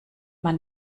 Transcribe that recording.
man